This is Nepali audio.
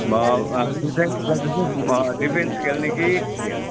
डिफेन्स खेल्छ कि डिफेन्स खेल्ने कि के